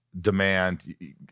demand